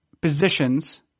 positions